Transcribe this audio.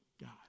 God